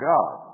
God